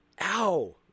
Ow